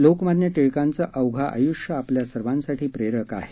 लोकमान्य टिळकांचे अवघे आयुष्य आपल्या सर्वांसाठी प्रेरक आहे